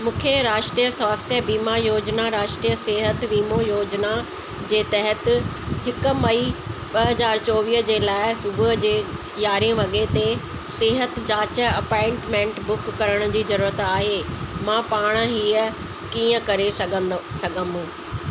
मूंखे राष्ट्रीय स्वास्थ्य बीमा योजना राष्ट्रीय सिहत वीमो योजना जे तहति हिकु मई ॿ हज़ार चोवीह जे लाइ सुबुह जे यारहें वॻे ते सिहत जांच अपॉइंटमेंट बुक करण जी ज़रूरत आहे मां पाण हीअं कीअं करे सघंदो सघमो